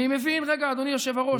רגע, אדוני היושב-ראש.